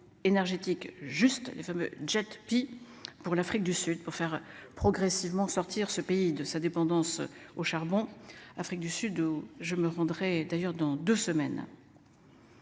énergétique juste les femmes jettent pis pour l'Afrique du Sud pour faire progressivement sortir ce pays de sa dépendance au charbon. Afrique du Sud où je me rendrai d'ailleurs dans deux semaines.